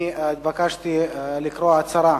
אני התבקשתי לקרוא הצהרה